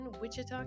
Wichita